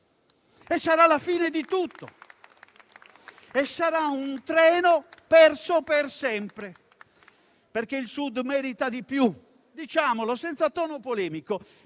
e sarà la fine di tutto. Sarà un treno perso per sempre, perché il Sud merita di più, diciamolo senza tono polemico,